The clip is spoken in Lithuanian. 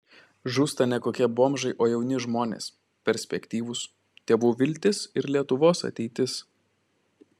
žūsta ne kokie bomžai o jauni žmonės perspektyvūs tėvų viltis ir lietuvos ateitis